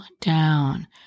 down